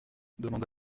demanda